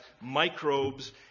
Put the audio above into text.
microbes